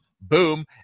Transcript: Boom